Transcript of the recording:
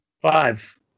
Five